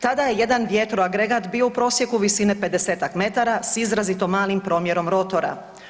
Tada je jedan vjetroagregat bio u prosjeku visine 50-tak metara s izrazito malim promjerom rotora.